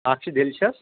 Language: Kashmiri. اکھ چھِ ڈیٚلِشَس